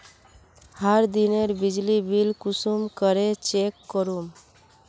हर दिनेर बिजली बिल कुंसम करे चेक करूम?